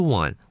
one